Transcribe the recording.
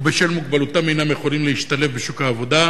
ובשל מוגבלותם אינם יכולים להשתלב בשוק העבודה.